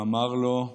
ואמר לו: